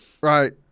Right